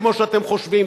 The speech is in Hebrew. כמו שאתם חושבים,